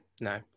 No